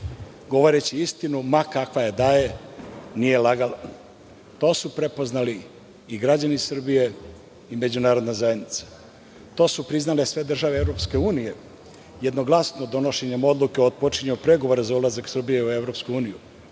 govoreći istinu ma kakva je da je nije lagala. To su prepoznali i građani Srbije i međunarodna zajednica. To su priznale sve države EU, jednoglasno donošenjem odluke o otpočinjanju pregovora za ulazak Srbije u EU,